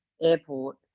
airport